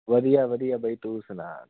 ਵਧੀਆ ਵਧੀਆ ਬਾਈ ਤੂੰ ਸੁਣਾ